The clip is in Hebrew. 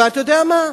ואתה יודע מה?